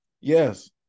Yes